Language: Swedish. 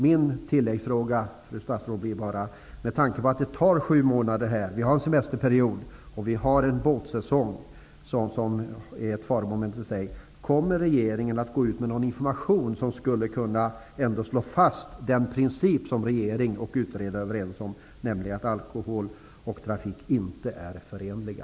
Min tilläggsfråga, fru statsråd, blir: Kommer regeringen med tanke på semesterperioden och med tanke på att vi har en båtsäsong som i sig är ett faromoment och som omfattar sju månader att gå ut med någon information som skulle kunna slå fast den princip som regering och utredare är överens om, nämligen att alkohol och trafik inte är förenliga?